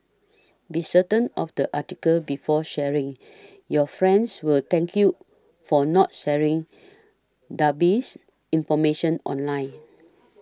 be certain of the article before sharing your friends will thank you for not sharing dubious information online